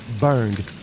burned